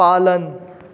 पालन